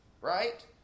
Right